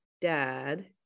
dad